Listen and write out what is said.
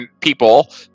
people